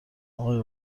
آقای